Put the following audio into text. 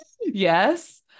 Yes